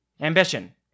Ambition